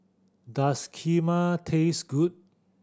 does Kheema taste good